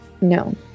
No